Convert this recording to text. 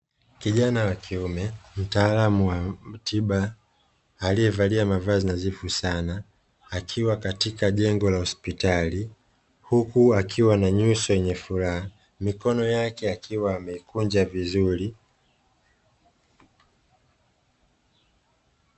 Kijana wa kiume, mtaalamu wa tiba, aliyevaa mavazi nadhifu sana, akiwa katika jengo la hospitali, huku akiwa na nyuso yenye furaha, mikono yake akiwa ameikunja vizuri.